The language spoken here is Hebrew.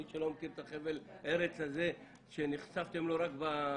מי שלא מכיר את חבל הארץ הזה שנחשפתם לו רק במדורות,